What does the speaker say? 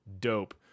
Dope